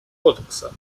кодекса